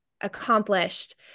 accomplished